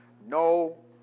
No